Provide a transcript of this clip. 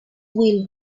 will